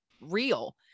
real